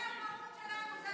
זאת המהות שלנו.